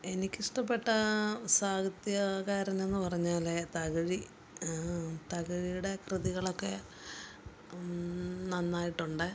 എനിക്കിഷ്ടപ്പെട്ട സാഹിത്യകാരനെന്നു പറഞ്ഞാല് തകഴി തകഴിയുടെ കൃതികളൊക്കെ നന്നായിട്ടുണ്ട്